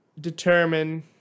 determine